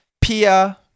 Pia